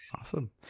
Awesome